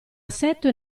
assetto